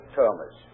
Thomas